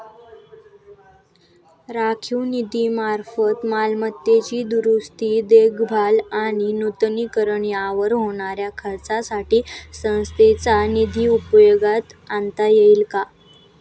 राखीव निधीमार्फत मालमत्तेची दुरुस्ती, देखभाल आणि नूतनीकरण यावर होणाऱ्या खर्चासाठी संस्थेचा निधी उपयोगात आणता येईल का?